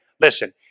Listen